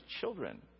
children